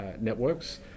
networks